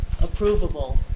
approvable